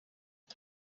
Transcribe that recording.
ibi